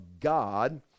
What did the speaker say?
god